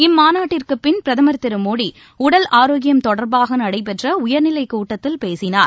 இம்மாநாட்டிற்குப்பின் பிரதமர் திரு மோடி உடல் ஆரோக்கியம் தொடர்பாக நடைபெற்ற உயர்நிலைக்குழுக்கூட்டத்தில் பேசினார்